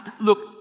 Look